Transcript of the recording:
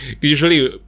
Usually